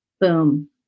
Boom